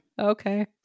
Okay